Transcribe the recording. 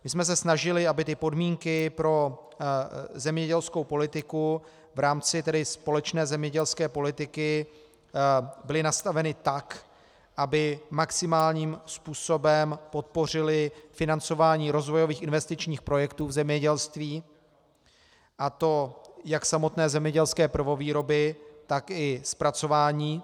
My jsme se snažili, aby podmínky pro zemědělskou politiku v rámci společné zemědělské politiky byly nastaveny tak, aby maximálním způsobem podpořily financování rozvojových investičních projektů v zemědělství, a to jak samotné zemědělské prvovýroby, tak i zpracování.